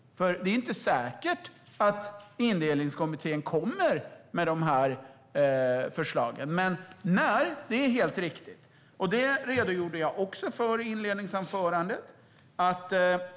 Det är nämligen inte säkert att Indelningskommittén kommer med de här förslagen. "När" är dock helt riktigt, och det redogjorde jag för i inledningsanförandet.